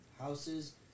houses